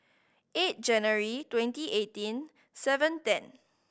eight January twenty eighteen seven ten